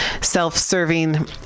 self-serving